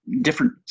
different